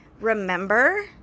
remember